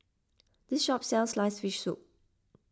this shop sells Sliced Fish Soup